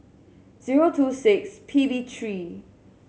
zero two six P B three